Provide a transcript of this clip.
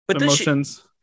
emotions